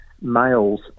males